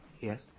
Yes